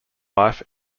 life